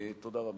תודה רבה.